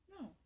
No